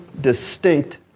distinct